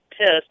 pissed